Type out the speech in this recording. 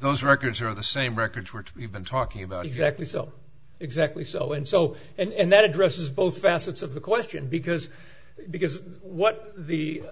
those records are the same records were to be even talking about exactly so exactly so and so and that addresses both facets of the question because because what the